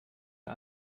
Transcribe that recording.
der